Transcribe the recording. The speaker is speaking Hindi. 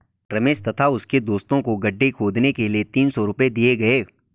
रमेश तथा उसके दोस्तों को गड्ढे खोदने के लिए तीन सौ रूपये दिए गए